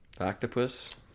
Octopus